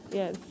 yes